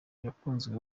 yakunzwe